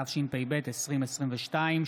התשפ"ב 2022,